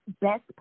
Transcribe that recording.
best